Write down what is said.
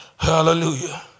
Hallelujah